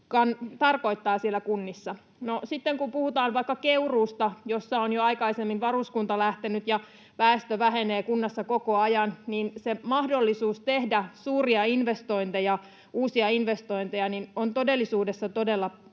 tarkoittaa siellä kunnissa. No sitten kun puhutaan vaikka Keuruusta, josta on jo aikaisemmin varuskunta lähtenyt, ja väestö vähenee kunnassa koko ajan, niin se mahdollisuus tehdä suuria uusia investointeja on todellisuudessa todella